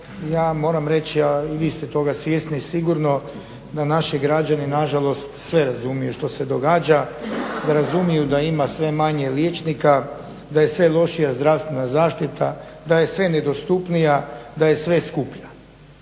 ja moram reći i vi ste toga svjesni sigurno da naši građani nažalost sve razumiju što se događa, da razumiju da ima sve manje liječnika, da je sve lošija zdravstvena zaštita, da je sve nedostupnija, da je sve skuplja.